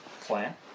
plan